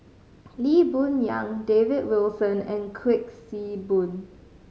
Lee Boon Yang David Wilson and Kuik Swee Boon